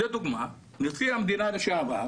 לדוגמה, נשיא המדינה לשעבר,